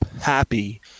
happy